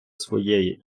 своєї